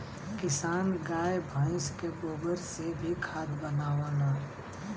किसान गाय भइस के गोबर से भी खाद बनावलन